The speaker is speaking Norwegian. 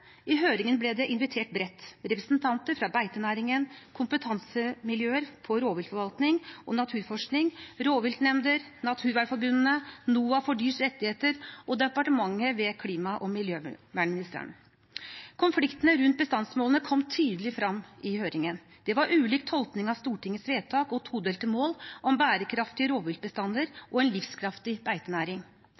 I høringen ble det invitert bredt: representanter fra beitenæringen, kompetansemiljøer innen rovviltforvaltning og naturforskning, rovviltnemnder, naturvernforbundene, NOAH – for dyrs rettigheter og departementet, ved klima- og miljøministeren. Konfliktene rundt bestandsmålene kom tydelig frem i høringen. Det var ulik tolkning av Stortingets vedtak og todelte mål om bærekraftige rovviltbestander og en livskraftig beitenæring.